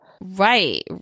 Right